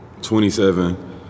27